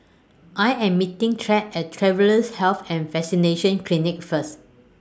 I Am meeting Trae At Travellers' Health and Vaccination Clinic First